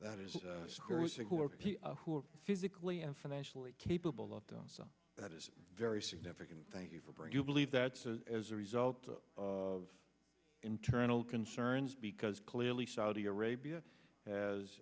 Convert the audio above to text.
are who are physically and financially capable of doing so that is very significant thank you for bring you believe that as a result of internal concerns because clearly saudi arabia has